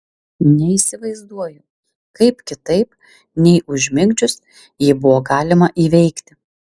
neįsivaizduoju kaip kitaip nei užmigdžius jį buvo galima įveikti